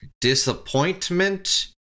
disappointment